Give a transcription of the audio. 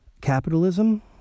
capitalism